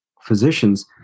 physicians